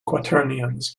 quaternions